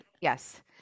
Yes